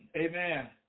Amen